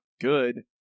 good